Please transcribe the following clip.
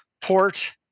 port